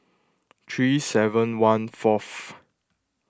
three seven one fourth